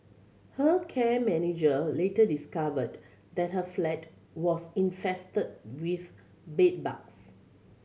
her care manager later discovered that her flat was infested with bedbugs